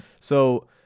So-